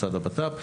משרד הבט"פ.